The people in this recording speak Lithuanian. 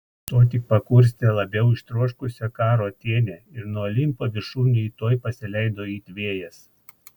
tuo tik pakurstė labiau ištroškusią karo atėnę ir nuo olimpo viršūnių ji tuoj pasileido it vėjas